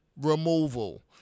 removal